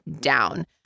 down